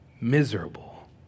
miserable